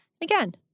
Again